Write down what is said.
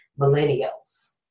millennials